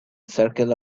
circle